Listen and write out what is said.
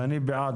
ואני בעד,